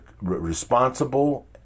responsible